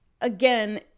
again